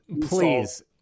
please